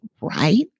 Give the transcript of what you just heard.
right